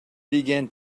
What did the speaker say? began